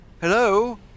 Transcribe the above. Hello